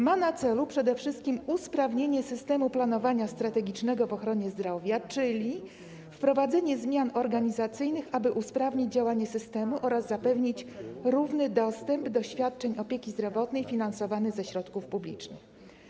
Ma na celu przede wszystkim usprawnienie systemu planowania strategicznego w ochronie zdrowia, czyli wprowadzenie zmian organizacyjnych, aby usprawnić działanie systemu oraz zapewnić równy dostęp do świadczeń opieki zdrowotnej finansowanych ze środków publicznych.